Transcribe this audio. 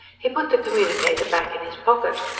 he put the communicator back in his pocket.